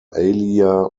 alia